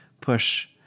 push